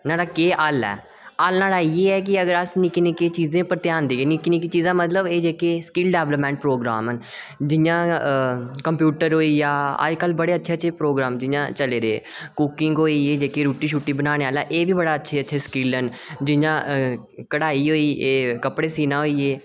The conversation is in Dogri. न्हाड़ा केह् हल्ल ऐ हल्ल इ'यै कि अगर अस निक्की निक्की चीज़ें पर ध्यान देगे निक्की चीज़ां मतलब एह् जेह्के स्किल डेवेलप्ड प्रोग्राम न जियां कंप्यूटर होइया अज्जकल बड़े शैल शैल प्रोग्राम चला दे कुकिंग होई एह् जेह्का रुट्टी बनाने आह्ला एह् बी बड़ी अच्छी अच्छी स्किल न जियां कढ़ाई होई एह् कपड़े सीना होइये